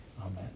Amen